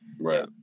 Right